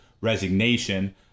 resignation